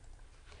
תודה.